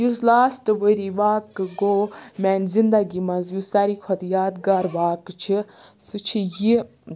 یُس لاسٹ ؤری واقعہٕ گوٚو میٛانہِ زندگی منٛز یُس ساروی کھۄتہٕ یاد گار واقعہٕ چھِ سُہ چھِ یہِ